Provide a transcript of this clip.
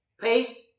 paste